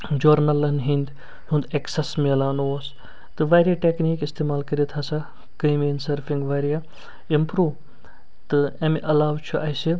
جورنَلَن ہنٛدۍ ہیٛونٛد ایٚکسیٚس میلان اوس تہٕ واریاہ ٹیٚکنیٖک استعمال کٔرِتھ ہسا گٔے میٛانۍ سٔرفِنٛگ واریاہ اِمپرٛو تہٕ اَمہِ علاوٕ چھُ اسہِ